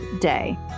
day